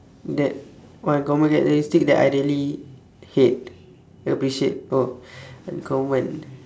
that uncommon characteristic that I really hate appreciate oh uncommon